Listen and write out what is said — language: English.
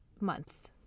month